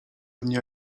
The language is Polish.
dnia